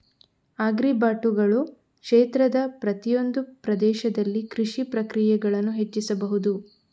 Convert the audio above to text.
ಆಗ್ರಿಬಾಟುಗಳು ಕ್ಷೇತ್ರದ ಪ್ರತಿಯೊಂದು ಪ್ರದೇಶದಲ್ಲಿ ಕೃಷಿ ಪ್ರಕ್ರಿಯೆಗಳನ್ನು ಹೆಚ್ಚಿಸಬಹುದು